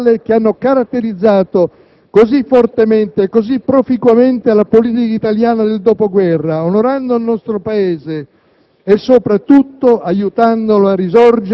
di senso dello Stato, di apertura sociale che hanno caratterizzato così fortemente e così proficuamente la politica italiana del dopoguerra onorando il nostro Paese